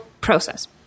process